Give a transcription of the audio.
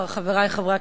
חברי חברי הכנסת,